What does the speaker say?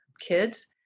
kids